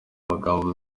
amagambo